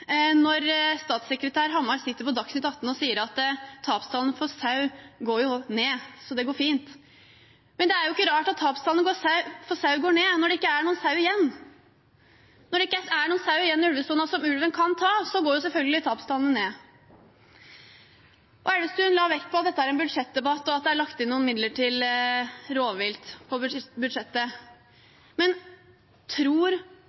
når statssekretær Hamar sier i Dagsnytt atten at tapstallene for sau går ned, så det går fint. Men det er jo ikke rart at tapstallene for sau går ned når det ikke er noen sau igjen. Når det ikke er noen sau igjen i ulvesonen som ulven kan ta, går selvfølgelig tapstallene ned. Elvestuen la vekt på at dette er en budsjettdebatt, og at det er lagt inn noen midler til rovvilt i budsjettet. Men tror